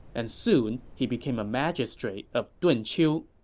and soon he became a magistrate of dunqiu